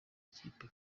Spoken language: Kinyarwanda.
ikipe